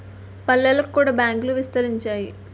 పల్లెలకు కూడా బ్యాంకులు విస్తరించాయి